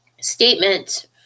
statement